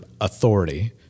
authority